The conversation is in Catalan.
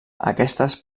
aquestes